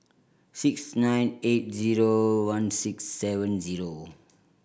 six nine eight zero one six seven zero